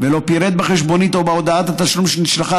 ולא פירט בחשבונית או בהודעת התשלום שנשלחה